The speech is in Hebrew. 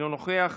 אינו נוכח,